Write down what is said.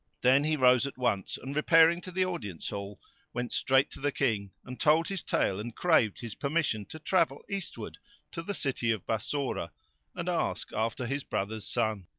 then he rose at once and, repairing to the audience-hall, went straight to the king and told his tale and craved his permission to travel eastward to the city of bassorah and ask after his brother's son.